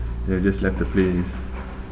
ya just left the place